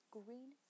green